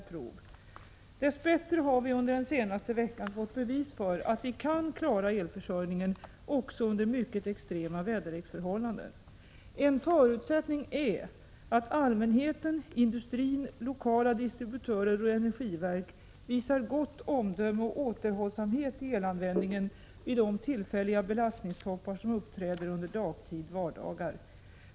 Dess bättre har vi under den senaste veckan fått bevis för att vi kan klara elförsörjningen också under mycket extrema väderleksförhållanden. En förutsättning är att allmänheten, industrin, lokala distributörer och energi verk visar gott omdöme och återhållsamhet i elanvändningen vid de tillfälliga belastningstoppar som uppträder under dagtid, vardagar.